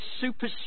super